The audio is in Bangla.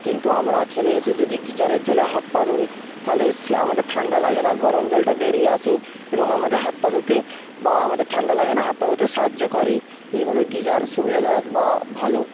কিন্তু আমরা খেলে এসে যদি গিজারের জলে হাত পা ধুই তাহলে সে আমাদের ঠান্ডা লাগে না গরম জলটা বেরিয়ে আসে এবং আমাদের হাত পা ধুতে বা আমাদের ঠান্ডা লাগে না হাত পা ধুতে সাহায্য করে এইভাবে গিজার সুবিধাদায়ক বা ভালো